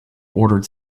ordered